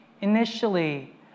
initially